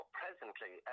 presently